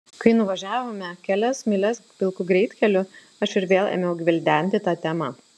kai nuvažiavome kelias mylias pilku greitkeliu aš ir vėl ėmiau gvildenti tą temą